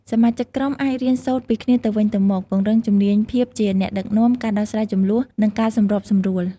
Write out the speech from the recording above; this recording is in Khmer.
សមាជិកក្រុមអាចរៀនសូត្រពីគ្នាទៅវិញទៅមក ពង្រឹងជំនាញភាពជាអ្នកដឹកនាំ ការដោះស្រាយជម្លោះ និងការសម្របសម្រួល។